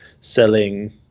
selling